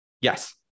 yes